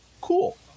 cool